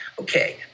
okay